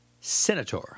Senator